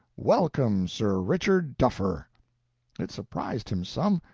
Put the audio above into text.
welcome, sir richard duffer it surprised him some,